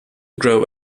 grow